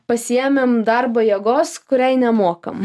pasiėmėm darbo jėgos kuriai nemokam